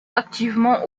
activement